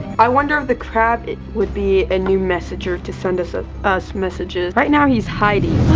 i wonder if the crab would be a new messenger to send us ah us messages. right now he's hiding.